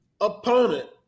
opponent